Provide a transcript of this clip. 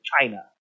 China